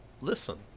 Listen